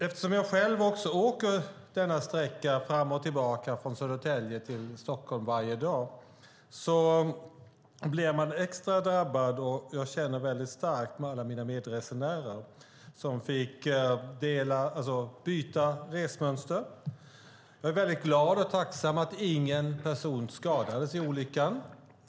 Eftersom jag själv också åker denna sträcka fram och tillbaka från Södertälje till Stockholm varje dag blev jag extra drabbad och känner väldigt starkt med alla mina medresenärer som fick byta resmönster. Jag är väldigt glad och tacksam att ingen person skadades vid olyckan.